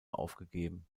aufgegeben